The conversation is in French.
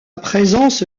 présence